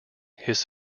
his